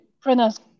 pronounce